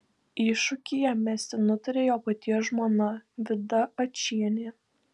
iššūkį jam mesti nutarė jo paties žmona vida ačienė